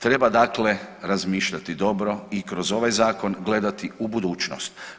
Treba dakle razmišljati dobro i kroz ovaj zakon gledati u budućnost.